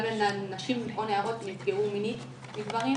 גם נשים או נערות שנפגעו מינית מגברים